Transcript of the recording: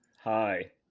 Hi